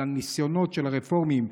על הניסיונות של הרפורמים,